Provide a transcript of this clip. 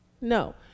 No